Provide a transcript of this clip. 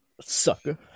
Sucker